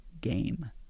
game